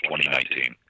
2019